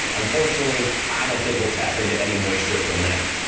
unfortunately i don't think we'll tap into any moisture from that.